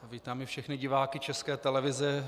Vítám i všechny diváky České televize.